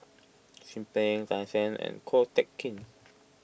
Chin Peng Tan Shen and Ko Teck Kin